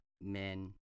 men